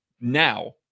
now